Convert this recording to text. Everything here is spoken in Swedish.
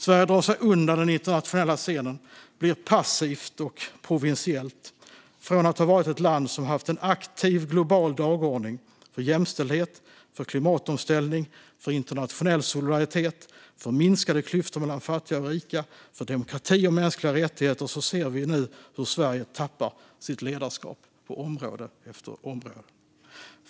Sverige drar sig undan den internationella scenen, blir passivt och provinsiellt. Från att ha varit ett land som har haft en aktiv global dagordning för jämställdhet, för klimatomställning, för internationell solidaritet, för minskade klyftor mellan fattiga och rika och för demokrati och mänskliga rättigheter, ser vi nu hur Sverige tappar sitt ledarskap på område efter område.